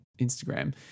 Instagram